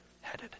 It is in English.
headed